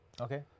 Okay